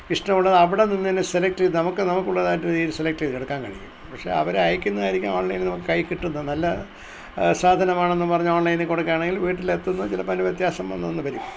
ഇഷ്ടമുള്ളത് അവിടെ നിന്ന് തന്നെ സെലെക്ട് ചെയ്ത് നമുക്ക് നമുക്കുള്ളതായിട്ട് രീതിയിൽ സെലെക്ട് ചെയ്ത് എടുക്കാൻ കഴിയും പക്ഷെ അവര് അയക്കുന്നതായിരിക്കും ഓൺലൈനിൽ നമുക്ക് കയ്യിൽ കിട്ടുന്നത് നല്ല സാധനമാണെന്നും പറഞ്ഞ് ഓൺലൈനിൽ കൊടുക്കുകയാണെങ്കിൽ വീട്ടിൽ എത്തുന്നത് ചിലപ്പോൾ അതിന് വ്യത്യാസം വന്നെന്ന് വരും